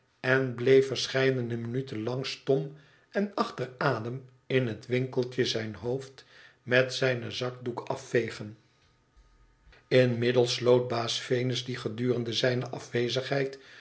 en bleef verscheidene minuten lang stom en achter adem in het winkeltje zijn hoofd met zijne zakdoek afvegen inmiddels sloot baas venus die gedurende zijne afwezigheid